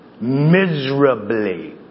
Miserably